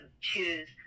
choose